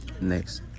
next